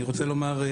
אני רוצה לומר,